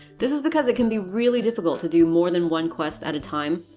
this is because it can be really difficult to do more than one quest at a time.